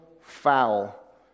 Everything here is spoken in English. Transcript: foul